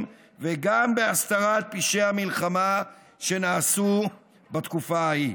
וגם בהסתרת פשעי המלחמה שנעשו בתקופה ההיא.